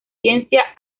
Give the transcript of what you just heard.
ciencia